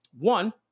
One